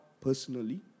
personally